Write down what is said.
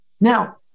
now